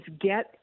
get